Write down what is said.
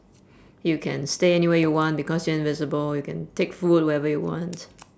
you can stay anywhere you want because you're invisible you can take food wherever you want